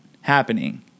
happening